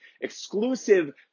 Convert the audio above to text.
exclusive